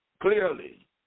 clearly